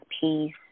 peace